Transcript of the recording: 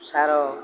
ସାର